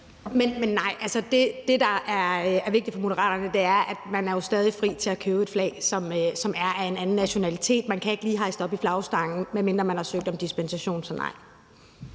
(M): Nej. Det, der er vigtigt for Moderaterne, handler om, at man jo stadig er fri til at købe et flag, som er af en anden nationalitet, men man kan bare ikke lige hejse det op i flagstangen, medmindre man har søgt om dispensation. Så jeg